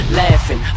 laughing